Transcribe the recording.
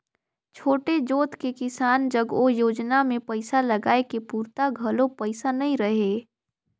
छोटे जोत के किसान जग ओ योजना मे पइसा लगाए के पूरता घलो पइसा नइ रहय